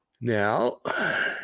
Now